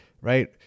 right